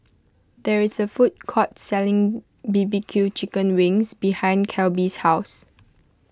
there is a food court selling B B Q Chicken Wings behind Kelby's house